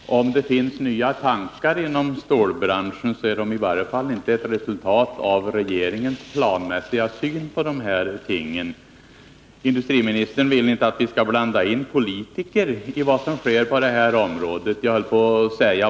Herr talman! Om det finns nya tankar inom stålbranschen är de i varje fall inte ett resultat av regeringens planmässiga syn på dessa ting. Industriministern vill inte att politiker skall blanda sig i vad som sker.